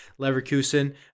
Leverkusen